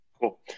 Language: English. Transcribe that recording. cool